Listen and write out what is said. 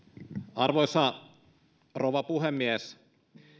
arvoisa rouva puhemies